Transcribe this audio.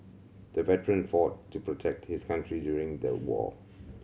the veteran fought to protect his country during the war